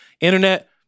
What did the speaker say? internet